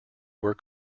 were